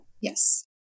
Yes